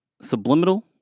subliminal